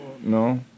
No